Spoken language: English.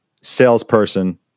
salesperson